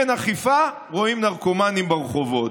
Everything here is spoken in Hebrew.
אין אכיפה, רואים נרקומנים ברחובות.